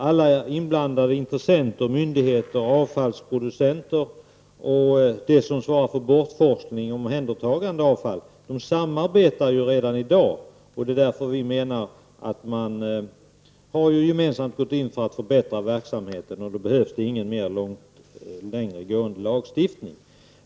Alla inblandade intressenter — myndigheter, avfallsproducenter och de som svarar för bortforsling och omhändertagande av avfall — samarbetar redan i dag. Man har gemensamt gått in för att förbättra verksamheten, och då menar vi att det inte behövs någon längre gående lagstiftning.